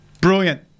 Brilliant